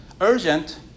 urgent